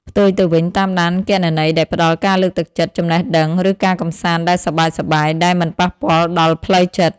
ផ្ទុយទៅវិញ តាមដានគណនីដែលផ្តល់ការលើកទឹកចិត្ត ចំណេះដឹង ឬការកម្សាន្តដែលសប្បាយៗដែលមិនប៉ះពាល់ដល់ផ្លូវចិត្ត។